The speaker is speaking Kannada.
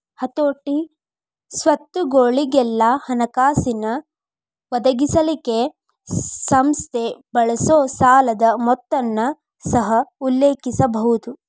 ಹತೋಟಿ, ಸ್ವತ್ತುಗೊಳಿಗೆಲ್ಲಾ ಹಣಕಾಸಿನ್ ಒದಗಿಸಲಿಕ್ಕೆ ಸಂಸ್ಥೆ ಬಳಸೊ ಸಾಲದ್ ಮೊತ್ತನ ಸಹ ಉಲ್ಲೇಖಿಸಬಹುದು